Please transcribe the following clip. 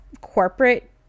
corporate